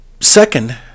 second